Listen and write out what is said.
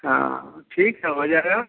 हाँ ठीक है हो जाएगा